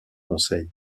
conseil